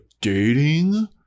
dating